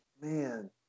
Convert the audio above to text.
man